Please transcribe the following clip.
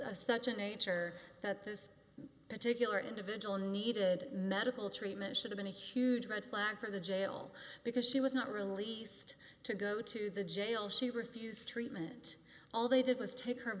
such a nature that this particular individual needed medical treatment should have been a huge red flag for the jail because she was not released to go to the jail she refused treatment all they did was take her